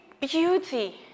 Beauty